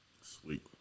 Sweet